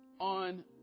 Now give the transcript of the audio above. on